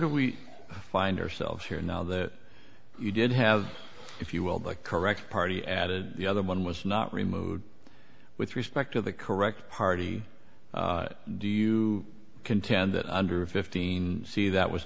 d we find ourselves here now that you did have if you will but correct party added the other one was not removed with respect to the correct party do you contend that under a fifteen c that was